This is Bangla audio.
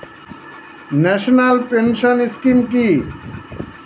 ন্যাশনাল পেনশন স্কিম কি?